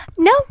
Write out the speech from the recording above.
No